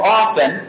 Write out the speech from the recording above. often।